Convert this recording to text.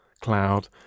cloud